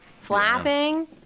Flapping